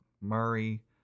Murray